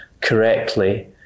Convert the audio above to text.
correctly